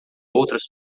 outras